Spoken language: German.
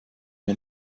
mir